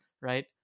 right